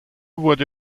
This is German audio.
wurde